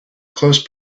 close